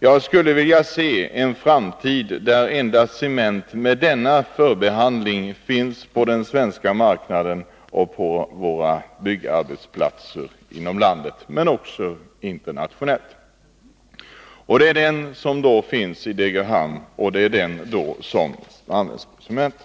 Jag skulle vilja se en framtid där endast cement med denna förbehandling finns på den svenska marknaden och på byggarbetsplatserna inom landet men också internationellt. Det är den som finns i Degerhamn, och det är den som produceras på Cementa.